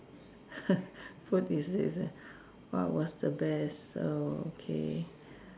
food is is what was the best oh okay